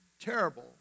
terrible